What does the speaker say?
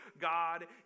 God